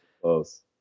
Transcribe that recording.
Close